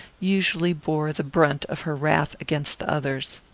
usually bore the brunt of her wrath against the others.